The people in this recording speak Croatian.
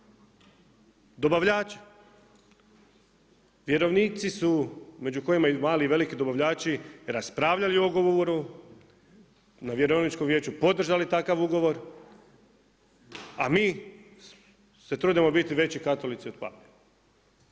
Dobavljači, vjerovnici su među kojima su mali i veliki dobavljači raspravljaju o ugovoru na vjerovničkom vijeću, podržali takav ugovor, a mi se trudimo biti veći katolici od pape.